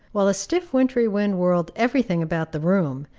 while a stiff wintry wind whirled every thing about the room,